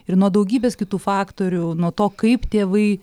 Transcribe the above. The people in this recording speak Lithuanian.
ir nuo daugybės kitų faktorių nuo to kaip tėvai